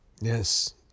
Yes